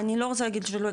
אני לא רוצה להגיד שלא,